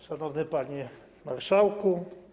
Szanowny Panie Marszałku!